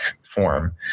form